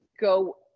go